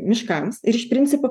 miškams ir iš principo